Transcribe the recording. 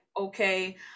okay